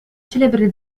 celebre